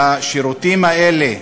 והשירותים האלה,